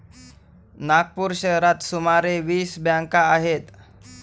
नागपूर शहरात सुमारे वीस बँका आहेत